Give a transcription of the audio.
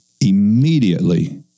immediately